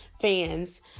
fans